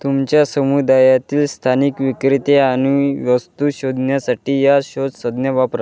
तुमच्या समुदायातील स्थानिक विक्रेते आणि वस्तू शोधण्यासाठी या शोध संज्ञा वापरा